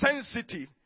sensitive